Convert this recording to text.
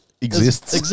Exists